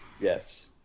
Yes